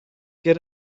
get